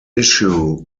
issue